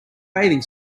bathing